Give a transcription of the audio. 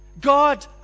God